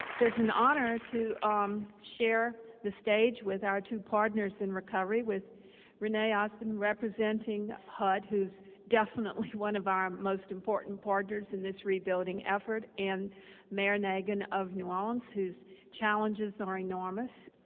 it's an honor to um share the stage with our two partners in recovery, with rene oswin, representing hud, who's definitely one of our most important partners in this rebuilding effort, and mayor nagin of new orleans, whose challenges are enormous.